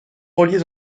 reliés